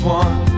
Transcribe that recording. one